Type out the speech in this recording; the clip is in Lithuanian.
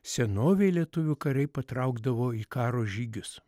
senovėj lietuvių kariai patraukdavo į karo žygius